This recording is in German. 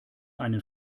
einen